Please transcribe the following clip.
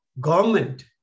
government